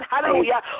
hallelujah